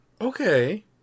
okay